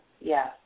yes